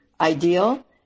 ideal